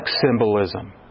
symbolism